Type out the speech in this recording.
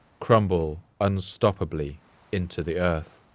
crumble unstoppably into the earth.